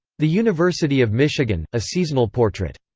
the university of michigan a seasonal portrait.